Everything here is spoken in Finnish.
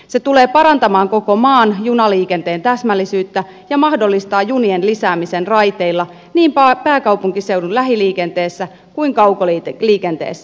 se tulee parantamaan koko maan junaliikenteen täsmällisyyttä ja mahdollistaa junien lisäämisen raiteilla niin pääkaupunkiseudun lähiliikenteessä kuin kaukoliikenteessäkin